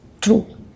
true